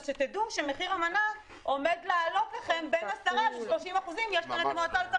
אז דעו שמחיר המנה עומד לעלות לכם בין 10% 30% יותר",